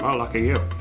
um lucky you.